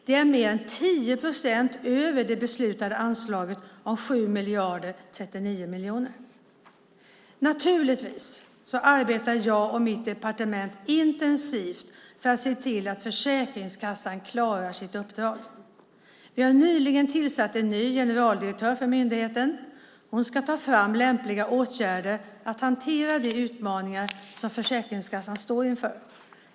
Det är mer än 10 procent över det beslutade anslaget om 7 039 miljoner. Naturligtvis arbetar jag och mitt departement intensivt för att se till att Försäkringskassan klarar sitt uppdrag. Vi har nyligen tillsatt en ny generaldirektör för myndigheten. Hon ska nu ta fram lämpliga åtgärder för att hantera de utmaningar som Försäkringskassan står inför.